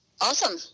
Awesome